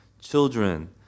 children